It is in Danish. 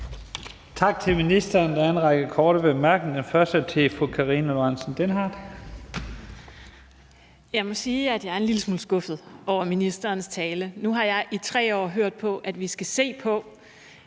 først fra fru Karina Lorentzen Dehnhardt. Kl. 15:16 Karina Lorentzen Dehnhardt (SF): Jeg må sige, at jeg er en lille smule skuffet over ministerens tale. Nu har jeg i tre år hørt på, at vi skal se på